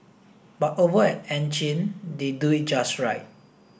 but over at Ann Chin they do it just right